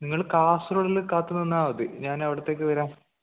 നിങ്ങൾ കാസർഗൊഡിൽ കാത്തുനിന്നാൽ മതി ഞാൻ അവിടത്തേക്ക് വരാം